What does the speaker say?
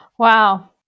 Wow